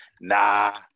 Nah